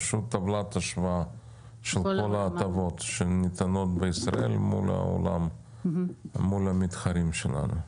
פשוט טבלת השוואה של כל ההטבות שניתנות בישראל מול המתחרים שלנו בעולם.